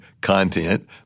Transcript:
content